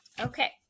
Okay